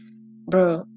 bro